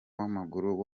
w’amaguru